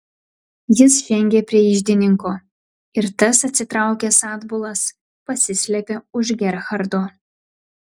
jis žengė prie iždininko ir tas atsitraukęs atbulas pasislėpė už gerhardo